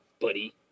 buddy